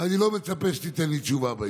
ואני לא מצפה שתיתן לי תשובה בעניין.